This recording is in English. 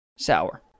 Sour